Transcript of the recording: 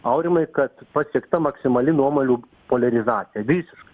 aurimai kad pasiekta maksimali nuomonių poliarizacija visiškai